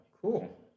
Cool